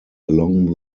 along